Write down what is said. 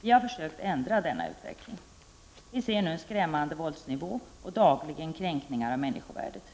Vi har försökt ändra denna utveckling. Vi ser nu en skrämmande våldsnivå och dagliga kränkningar av människovärdet.